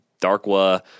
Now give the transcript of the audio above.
darkwa